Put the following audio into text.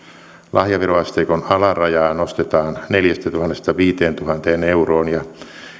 lahjaveroasteikon alarajaa nostetaan neljästätuhannesta viiteentuhanteen euroon ja